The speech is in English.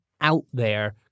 out-there